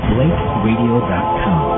BlakeRadio.com